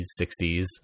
60s